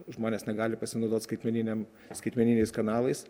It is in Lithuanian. žmonės negali pasinaudot skaitmeninėm skaitmeniniais kanalais